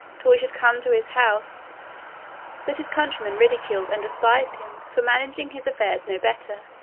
till we should come to his house that his countrymen ridiculed and despised him, for managing his affairs no better,